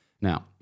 Now